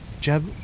Jeb